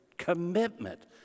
commitment